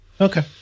Okay